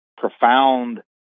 profound